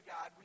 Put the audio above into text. God